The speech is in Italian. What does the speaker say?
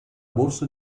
borsa